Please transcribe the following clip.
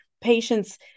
patients